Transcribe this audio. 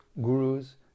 gurus